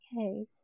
Okay